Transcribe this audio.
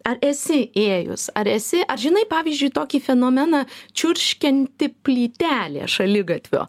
ar esi ėjus ar esi ar žinai pavyzdžiui tokį fenomeną čiurškianti plytelė šaligatvio